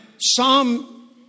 Psalm